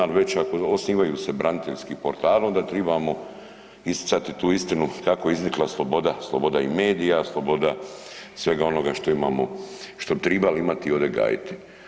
Ali već ako osnivaju se braniteljski portali onda trebamo isticati tu istinu kako je iznikla sloboda, sloboda i medija, sloboda svega onoga što imamo, što bi trebali imati i ovdje gajiti.